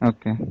Okay